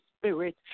spirit